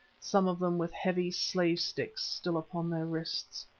some of them with heavy slave-sticks still upon their wrists.